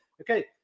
Okay